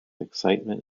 excitement